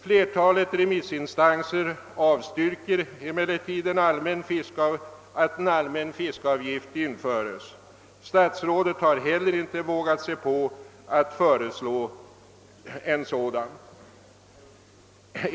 Flertalet remissinstanser avstyrker emellertid att en allmän fiskeavgift införes. Statsrådet har heller inte vågat sig på att framlägga ett förslag härom.